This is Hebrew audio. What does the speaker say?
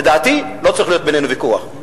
לדעתי לא צריך להיות בינינו ויכוח.